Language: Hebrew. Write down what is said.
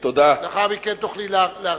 לאחר מכן תוכלי להרחיב.